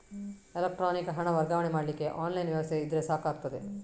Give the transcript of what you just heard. electronic ಹಣ ವರ್ಗಾವಣೆ ಮಾಡ್ಲಿಕ್ಕೆ ಆನ್ಲೈನ್ ವ್ಯವಸ್ಥೆ ಇದ್ರೆ ಸಾಕಾಗ್ತದೆ